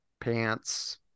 pants